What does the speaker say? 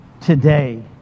today